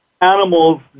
animals